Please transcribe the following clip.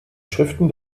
schriften